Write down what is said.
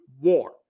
war